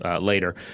later